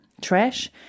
Trash